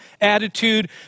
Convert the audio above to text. attitude